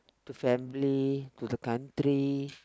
to family to the country